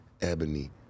ebony